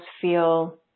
feel